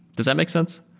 does that make sense?